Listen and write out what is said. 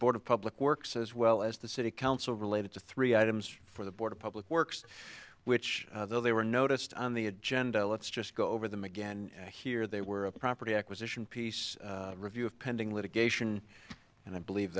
board of public works as well as the city council related to three items for the board of public works which though they were noticed on the agenda let's just go over them again here they were a property acquisition piece review of pending litigation and i believe